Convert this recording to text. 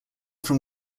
from